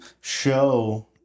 show